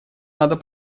надо